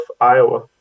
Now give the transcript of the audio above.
Iowa